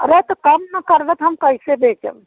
अरे तो कम तो करबत हम कैसे बेचम